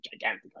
gigantic